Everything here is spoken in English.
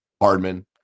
Hardman